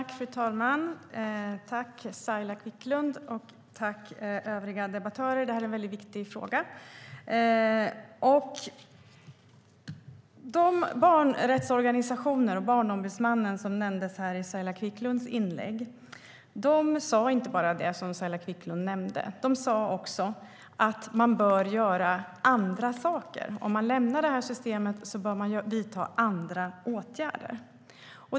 Fru talman! Jag tackar Saila Quicklund och övriga debattörer. Detta är en mycket viktig fråga. De barnrättsorganisationer och Barnombudsmannen som nämndes i Saila Quicklunds inlägg sa inte bara det som Saila Quicklund nämnde. De sa också att man bör göra andra saker. Om man lämnar detta system bör man vidta andra åtgärder.